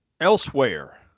Elsewhere